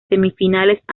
semifinales